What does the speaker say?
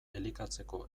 elikatzeko